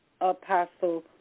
Apostle